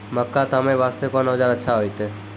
मक्का तामे वास्ते कोंन औजार अच्छा होइतै?